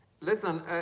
Listen